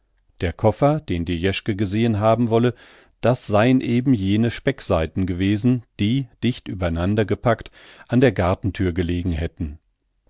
der koffer den die jeschke gesehen haben wolle das seien eben jene speckseiten gewesen die dicht übereinander gepackt an der gartenthür gelegen hätten